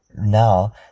now